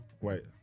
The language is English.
Wait